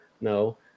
no